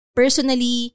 personally